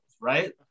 right